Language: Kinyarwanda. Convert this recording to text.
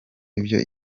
ibyo